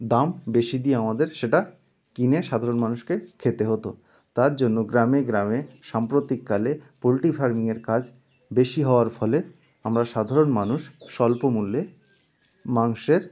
দাম বেশি দিয়ে আমাদের সেটা কিনে সাধারণ মানুষকে খেতে হতো তার জন্য গ্রামে গ্রামে সাম্প্রতিককালে পোল্ট্রি ফার্মিংয়ের কাজ বেশি হওয়ার ফলে আমার সাধারণ মানুষ স্বল্প মূল্যে মাংসের